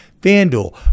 FanDuel